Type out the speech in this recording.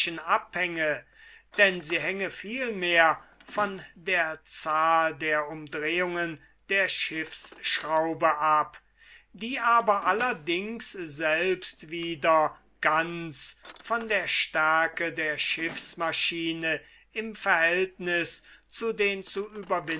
abhänge denn sie hänge vielmehr von der zahl der umdrehungen der schiffsschraube ab die aber allerdings selbst wieder ganz von der stärke der schiffsmaschine im verhältnis zu den zu